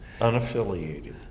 unaffiliated